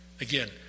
Again